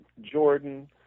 Jordan